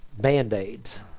band-aids